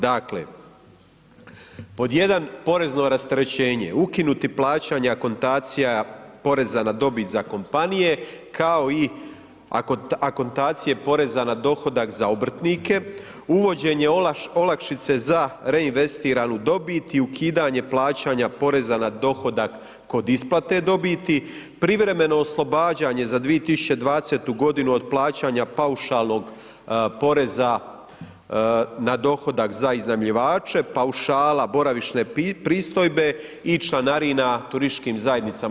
Dakle, pod jedan, porezno rasterećenje, ukinuti plaćanja akontacija poreza na dobit za kompanije, kao i akontacije poreza na dohodak za obrtnike, uvođenje olakšice za reinvestiranu dobit i ukidanje plaćanja poreza na dohodak kod isplate dobiti, privremeno oslobađanje za 2020.g. od plaćanja paušalnog poreza na dohodak za iznajmljivače, paušala boravišne pristojbe i članarina turističkim zajednicama.